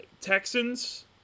Texans